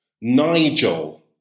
Nigel